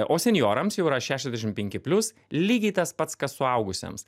o senjorams jau yra šešiasdešimt penki plius lygiai tas pats kas suaugusiems